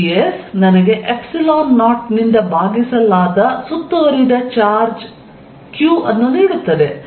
ds ನನಗೆ epsilon 0 ರಿಂದ ಭಾಗಿಸಲಾದ ಸುತ್ತುವರಿದ ಚಾರ್ಜ್ Q ಅನ್ನು ನೀಡುತ್ತದೆ